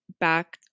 back